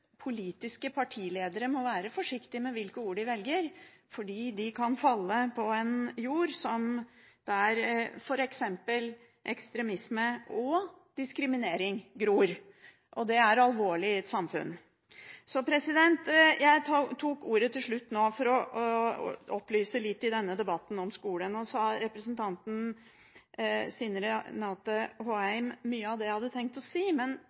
politiske partiledere må være forsiktige med hvilke ord de velger, fordi ordene kan falle på en jord der f.eks. ekstremisme og diskriminering gror, og det er alvorlig i et samfunn. Jeg tok ordet nå til slutt i denne debatten for å opplyse litt om skolen, men så har representanten Stine Renate Håheim sagt mye av det jeg hadde tenkt å si. Men